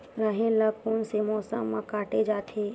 राहेर ल कोन से मौसम म काटे जाथे?